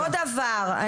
עוד דבר,